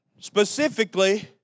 Specifically